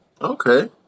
okay